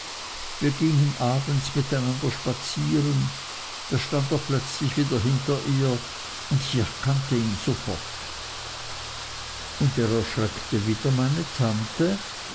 wir gingen abends miteinander spazieren da stand er plötzlich wieder hinter ihr und ich erkannte ihn sofort und erschreckte er wieder meine tante